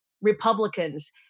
Republicans